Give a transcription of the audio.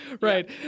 right